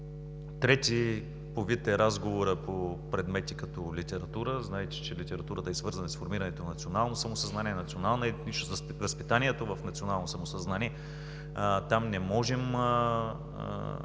Трети по вид е разговорът по предмети като литература. Знаете, че литературата е свързана с формирането на национално самосъзнание, национална етничност, с възпитанието в национално самосъзнание. Там трябва